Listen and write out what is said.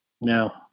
No